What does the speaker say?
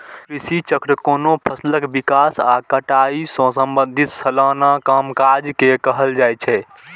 कृषि चक्र कोनो फसलक विकास आ कटाई सं संबंधित सलाना कामकाज के कहल जाइ छै